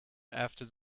after